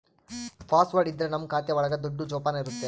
password ಇದ್ರೆ ನಮ್ ಖಾತೆ ಒಳಗ ದುಡ್ಡು ಜೋಪಾನ ಇರುತ್ತೆ